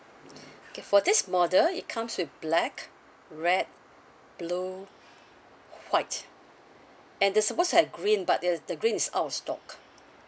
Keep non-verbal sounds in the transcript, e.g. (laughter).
(breath) okay for this model it comes with black red blue white and they are supposed to have green but the the green is out of stock